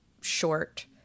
short